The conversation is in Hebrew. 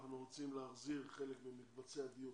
אנחנו רוצים להחזיר חלק ממקבצי הדיור,